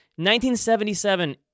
1977